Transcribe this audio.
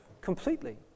completely